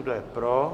Kdo je pro?